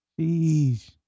Jeez